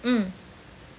mm